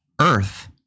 Earth